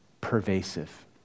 pervasive